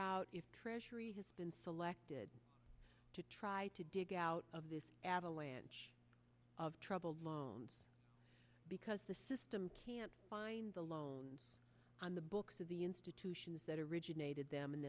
out if treasury has been selected to try to dig out of this avalanche of troubled loans because the system can't find the loans on the books of the institutions that originated them and